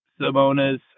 Simona's